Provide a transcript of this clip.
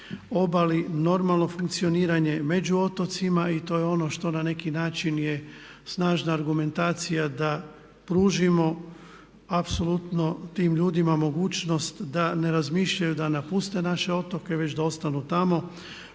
obali, normalno funkcioniranje među otocima i to je ono što na neki način je snažna argumentacija da pružimo apsolutno tim ljudima mogućnost da ne razmišljaju da napuste naše otoke već da ostanu tamo,